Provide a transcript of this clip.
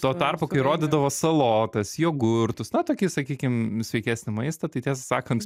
tuo tarpu kai rodydavo salotas jogurtus na tokį sakykim sveikesnį maistą tai tiesą sakant